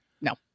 No